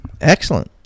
Excellent